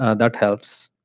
ah that helps.